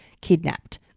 kidnapped